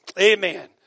Amen